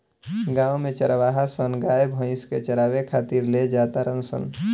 गांव में चारवाहा सन गाय भइस के चारावे खातिर ले जा तारण सन